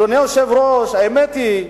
אדוני היושב-ראש, האמת היא,